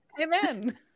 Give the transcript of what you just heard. Amen